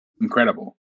Incredible